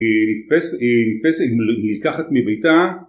פסק מלקחת מביתה